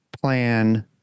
plan